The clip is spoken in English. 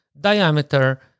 diameter